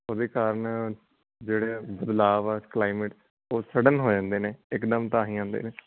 ਉਹਦੇ ਕਾਰਨ ਜਿਹੜੇ ਬਦਲਾਅ ਆ ਇਸ ਕਲਾਈਮੇਟ 'ਚ ਉਹ ਸਡਨ ਹੋ ਜਾਂਦੇ ਨੇ ਇਕਦਮ ਤਾਂ ਹੀ ਆਉਂਦੇ ਨੇ